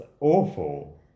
awful